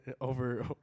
over